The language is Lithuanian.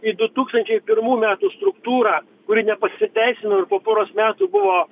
į du tūkstančiai pirmų metų struktūrą kuri nepasiteisino ir po poros metų buvo